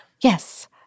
Yes